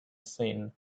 thin